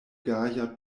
gaja